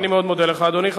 אני מאוד מודה לך, אדוני.